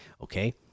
okay